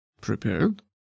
prepared